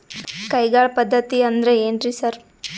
ಕೈಗಾಳ್ ಪದ್ಧತಿ ಅಂದ್ರ್ ಏನ್ರಿ ಸರ್?